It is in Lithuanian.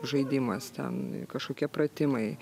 žaidimas ten kažkokie pratimai